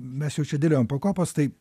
mes jau čia dėliojom pakopas tai